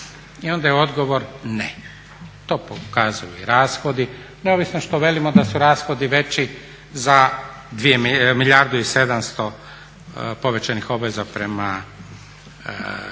I ona je odgovor ne. To pokazuju i rashodi neovisno što velimo da su rashodi veći za 1 milijardu i 700 povećanih obveza prema